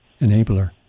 enabler